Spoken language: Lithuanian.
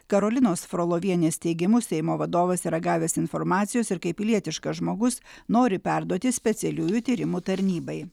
karolinos frolovienės teigimu seimo vadovas yra gavęs informacijos ir kaip pilietiškas žmogus nori perduoti specialiųjų tyrimų tarnybai